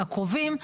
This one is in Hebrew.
הקרובים,